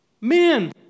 Men